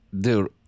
dude